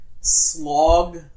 slog